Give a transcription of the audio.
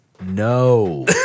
no